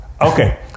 Okay